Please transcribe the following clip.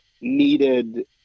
needed